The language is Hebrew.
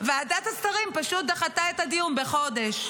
ועדת השרים פשוט דחתה את הדיון בחודש.